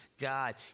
God